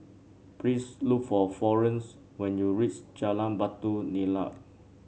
please look for Florence when you reach Jalan Batu Nilam